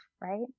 right